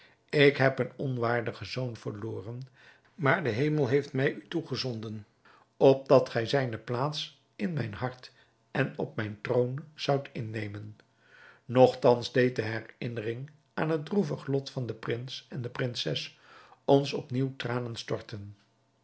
ik heb een onwaardigen zoon verloren maar de hemel heeft mij u toegezonden opdat gij zijne plaats in mijn hart en op mijn troon zoudt innemen nogtans deed de herinnering aan het droevig lot van den prins en de prinses ons op nieuw tranen storten